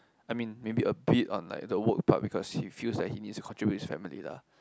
I mean maybe a bit on like the work part because he feels like he needs to contribute his family lah